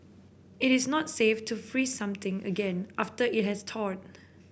it is not safe to freeze something again after it has thawed